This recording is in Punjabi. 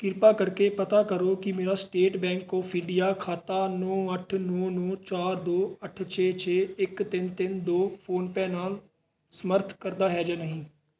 ਕਿਰਪਾ ਕਰਕੇ ਪਤਾ ਕਰੋ ਕਿ ਮੇਰਾ ਸਟੇਟ ਬੈਂਕ ਆਫ ਇੰਡੀਆ ਖਾਤਾ ਨੌਂ ਅੱਠ ਨੌਂ ਨੌਂ ਚਾਰ ਦੋ ਅੱਠ ਛੇ ਛੇ ਇੱਕ ਤਿੰਨ ਤਿੰਨ ਦੋ ਫੋਨ ਪੇ ਨਾਲ ਸਮਰਥ ਕਰਦਾ ਹੈ ਜਾਂ ਨਹੀਂ